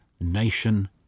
nation